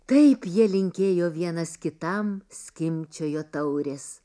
taip jie linkėjo vienas kitam skimbčiojo taurės